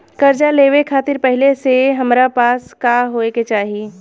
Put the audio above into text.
कर्जा लेवे खातिर पहिले से हमरा पास का होए के चाही?